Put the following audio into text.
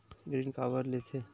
ऋण काबर लेथे?